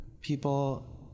people